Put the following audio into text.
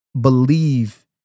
believe